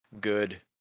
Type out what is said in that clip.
good